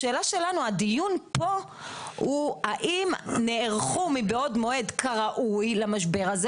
הדיון פה הוא האם נערכו מבעוד מועד כראוי למשבר הזה,